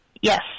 Yes